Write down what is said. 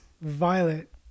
Violet